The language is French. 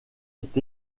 est